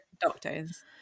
doctors